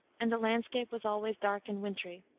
and the landscape was always dark and wintry.